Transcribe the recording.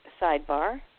sidebar